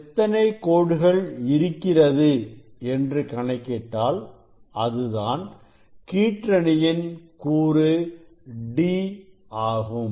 எத்தனை கோடுகள் இருக்கிறது என்று கணக்கிட்டால் அதுதான் கூட்டணியின் கூறு d ஆகும்